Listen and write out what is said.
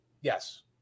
Yes